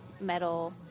metal